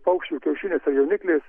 paukščių kiaušiniuose jauniklis